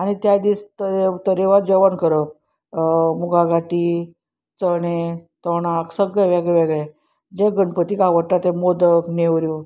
आनी त्या दीस तर तरेवार जेवण करप मुगा गाटी चणे तोंडाक सगळे वेगळेवेगळे जे गणपतीक आवडटा तें मोदक नेवऱ्यो